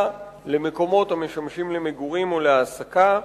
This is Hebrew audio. למקומות המשמשים למגורים או להעסקה.